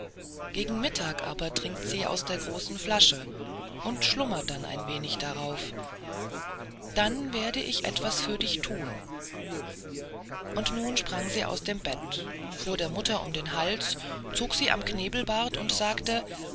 gegen mittag aber trinkt sie aus der großen flasche und schlummert dann ein wenig darauf dann werde ich etwas für dich thun nun sprang sie aus dem bett fuhr der mutter um den hals zog sie am knebelbart und sagte